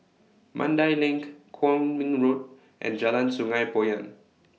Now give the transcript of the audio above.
Mandai LINK Kwong Min Road and Jalan Sungei Poyan